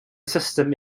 system